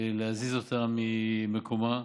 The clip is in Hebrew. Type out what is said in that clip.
להזיז אותה ממקומה,